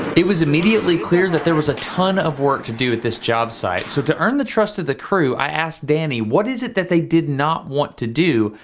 it was immediately clear that there was a ton of work to do at this job site. so, to earn the trust of the crew, i asked danny what is it that they did not want to do,